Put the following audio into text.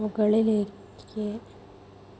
മുകളിലേയ്ക്ക്